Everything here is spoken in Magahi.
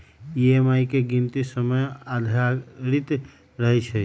ई.एम.आई के गीनती समय आधारित रहै छइ